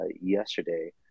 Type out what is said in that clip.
yesterday